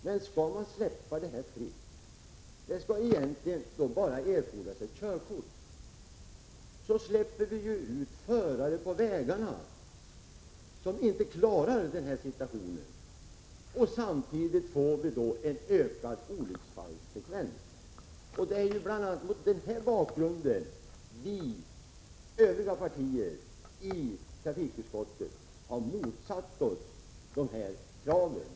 Men skall man släppa det helt fritt? Egentligen skulle det då också bara erfordras ett körkort. Men då släpper vi ut förare på vägarna som inte klarar situationen, och samtidigt får vi då en ökad olycksfallsrisk. Det är bl.a. mot denna bakgrund vi i övriga partier i trafikutskottet har motsatt oss de här kraven.